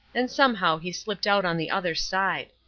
and somehow he slipped out on the other side.